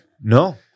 No